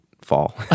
fall